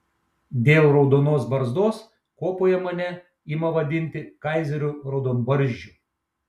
dėl raudonos barzdos kuopoje mane ima vadinti kaizeriu raudonbarzdžiu